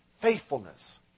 faithfulness